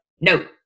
no